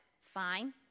fine